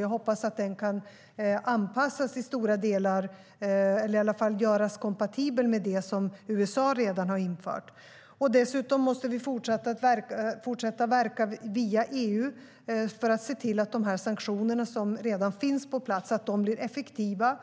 Jag hoppas att den i stora delar kan anpassas till, eller åtminstone göras kompatibel med, det som USA redan har infört. Vidare måste vi fortsätta att via EU verka för att de sanktioner som redan finns på plats blir effektiva.